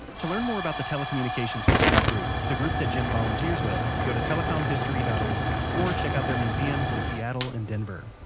to learn more about the telecommunications history group, the group that jim volunteers with, go to telecomhistory dot org, or check out their museums in seattle and denver.